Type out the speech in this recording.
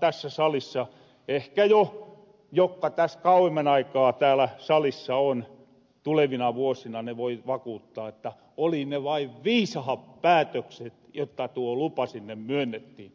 tässä salissa ehkä jo jokka täs kauimman aikaa täälä salissa on tulevina vuosina voi vakuuttaa että oli ne vain viisahat päätökset jotta tuo lupa sinne myönnettiin